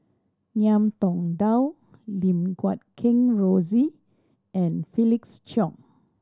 Ngiam Tong Dow Lim Guat Kheng Rosie and Felix Cheong